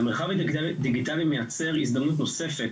המרחב הדיגיטלי מייצר הזדמנות נוספת